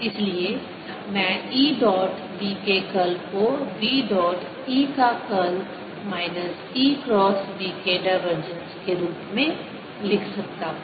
इसलिए मैं E dot B के कर्ल को B डॉट E का curl minus E cross B के डाइवर्जेंस के रूप में लिख सकता हूं